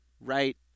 right